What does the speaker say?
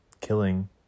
killing